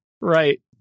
right